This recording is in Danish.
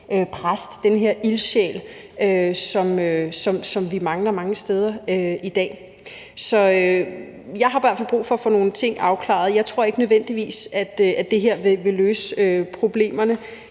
præst og ildsjæl, som vi mangler mange steder i dag. Så jeg har i hvert fald brug for at få nogle ting afklaret. Jeg tror ikke nødvendigvis, at det her vil løse problemerne,